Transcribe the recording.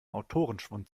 autorenschwund